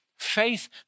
faith